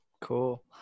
cool